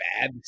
bad